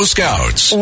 Scouts